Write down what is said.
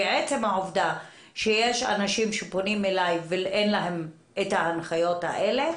כי עצם העובדה שיש אנשים שפונים אליי ואין להם את ההנחיות האלה,